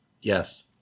Yes